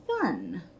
fun